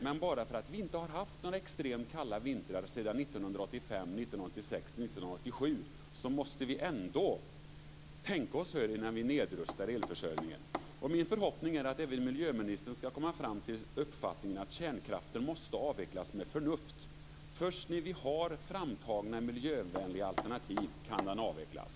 Även om vi inte haft extremt kalla vintrar sedan 1985, 1986 och 1987 måste vi tänka oss för innan vi nedrustar elförsörjningen. Min förhoppning är att även miljöministern skall komma till den uppfattningen att kärnkraften måste avvecklas med förnuft. Först när vi har framtagna miljövänliga alternativ kan den avvecklas.